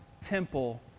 temple